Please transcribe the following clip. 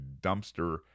dumpster